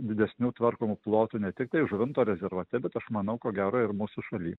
didesnių tvarkomų plotų ne tiktai žuvinto rezervate bet aš manau ko gero ir mūsų šaly